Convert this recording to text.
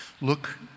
Look